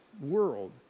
world